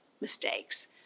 mistakes